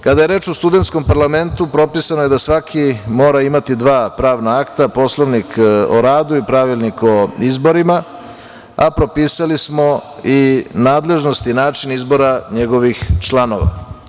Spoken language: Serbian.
Kada je reč o studentskom parlamentu propisano je da svaki mora imati dva pravna akta, Poslovnik o radu i Pravilnik o izborima, a propisali smo i nadležnosti načina izbora njegovih članova.